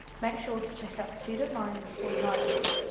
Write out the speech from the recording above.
make sure to check out student mind or nightline,